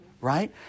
right